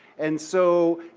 and so,